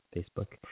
Facebook